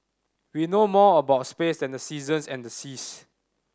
we know more about space than the seasons and the seas